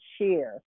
share